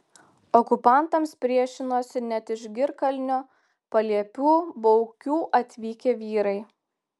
okupantams priešinosi net iš girkalnio paliepių baukių atvykę vyrai